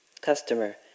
Customer